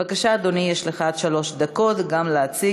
בבקשה, אדוני, יש לך עד שלוש דקות להציג